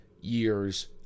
years